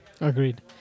Agreed